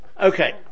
Okay